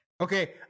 Okay